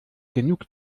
genug